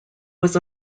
was